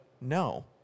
no